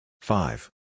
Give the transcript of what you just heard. Five